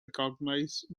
recognized